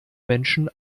menschen